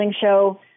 show